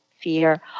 fear